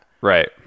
Right